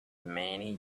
many